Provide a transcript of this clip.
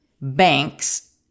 Banks